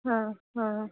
हां हां हां